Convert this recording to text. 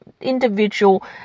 individual